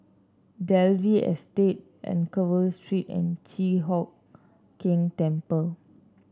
Dalvey Estate Anchorvale Street and Chi Hock Keng Temple